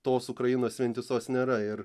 tos ukrainos vientisos nėra ir